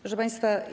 Proszę Państwa!